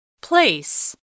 Place